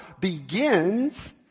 begins